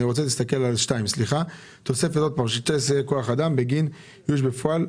אני רוצה שנסתכל על 2. תוספת של 2 שיאי כוח אדם בגין איוש בפועל.